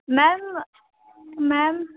ma'am ma'am